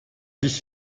dich